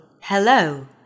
Hello